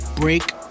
Break